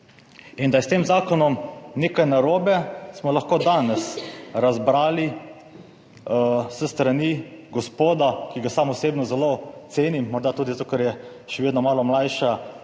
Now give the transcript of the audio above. Da je s tem zakonom nekaj narobe, smo lahko danes razbrali s strani gospoda, ki ga sam osebno zelo cenim, morda tudi zato, ker je še vedno malo mlajša